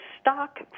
stock